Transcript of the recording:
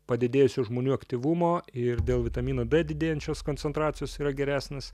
padidėjusio žmonių aktyvumo ir dėl vitamino d didėjančios koncentracijos yra geresnis